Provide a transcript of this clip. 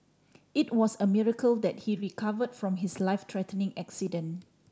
it was a miracle that he recover from his life threatening accident